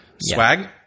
swag